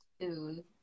tune